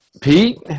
Pete